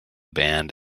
band